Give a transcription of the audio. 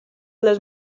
les